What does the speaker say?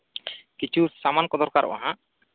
ᱠᱤᱪᱷᱩ ᱥᱟᱢᱟᱱᱠᱚ ᱫᱚᱨᱠᱟᱨᱚᱜᱼᱟ ᱦᱟᱸᱜ